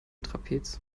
trapez